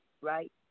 right